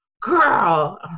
girl